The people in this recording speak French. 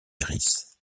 iris